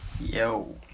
Yo